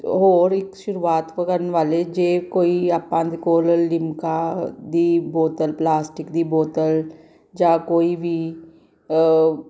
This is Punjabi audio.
ਹੋਰ ਇਕ ਸ਼ੁਰੂਆਤ ਕਰਨ ਵਾਲੇ ਜੇ ਕੋਈ ਆਪਾਂ ਦੇ ਕੋਲ ਲਿਮਕਾ ਦੀ ਬੋਤਲ ਪਲਾਸਟਿਕ ਦੀ ਬੋਤਲ ਜਾਂ ਕੋਈ ਵੀ